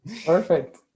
Perfect